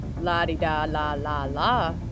la-di-da-la-la-la